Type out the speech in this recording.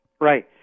Right